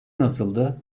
nasıldı